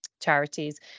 charities